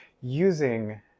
using